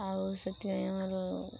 ଆଉ ସେଥିପାଇଁ ଆମର